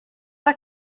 are